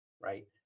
right